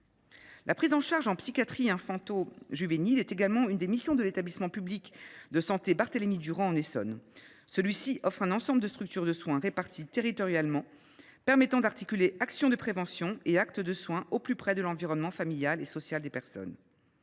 La prise en charge en psychiatrie infante juvénile est également l’une des missions de l’établissement public de santé Barthélemy Durand dans l’Essonne. Celui ci offre un ensemble de structures de soins réparties territorialement permettant d’articuler actions de prévention et actes de soins au plus près de l’environnement familial et social des personnes.